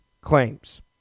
claims